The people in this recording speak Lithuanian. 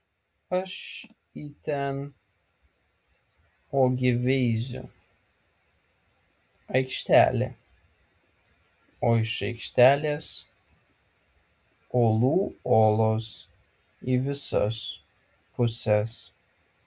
aš į ten ogi veiziu aikštelė o iš aikštelės olų olos į visas puses